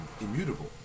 immutable